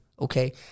Okay